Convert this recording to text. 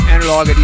Analog